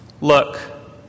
Look